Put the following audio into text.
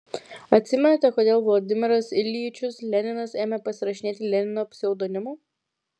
atsimenate kodėl vladimiras iljičius leninas ėmė pasirašinėti lenino pseudonimu